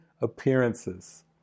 appearances